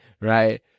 right